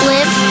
Live